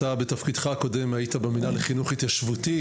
בתפקידך הקודם היית במנהל לחינוך ההתיישבותי